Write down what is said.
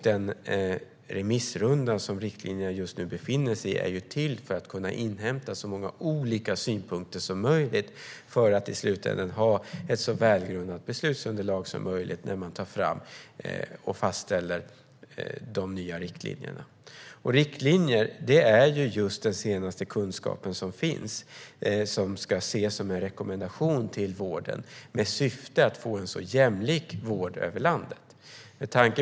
Den remissrunda som just nu pågår är ju till för att man ska kunna inhämta så många olika synpunkter som möjligt - detta för att i slutändan ha ett så välgrundat beslutsunderlag som möjligt inför fastställandet av de nya riktlinjerna. Riktlinjer bygger på den senaste kunskapen som finns. De ska ses som en rekommendation till vården och syftar till att få en jämlik vård över landet.